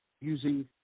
using